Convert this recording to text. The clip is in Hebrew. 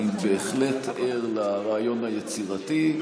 אני בהחלט ער לרעיון היצירתי,